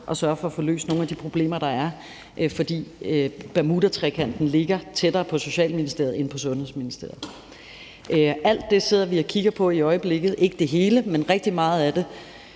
at sørge for at få løst nogle af de problemer, der er, for bermudatrekanten her ligger tættere på Social-, Bolig- og Ældreministeriet end på Indenrigs- og Sundhedsministeriet. Alt det sidder vi og kigger på i øjeblikket, ikke det hele, men rigtig meget af det,